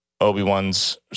Obi-Wan's